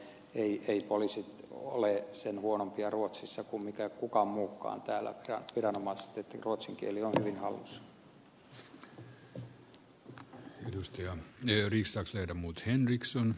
ja eivät poliisit ole sen huonompia ruotsissa kuin muutkaan viranomaiset ruotsin kieli on hyvin hallussa